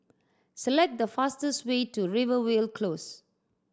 select the fastest way to Rivervale Close